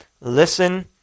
Listen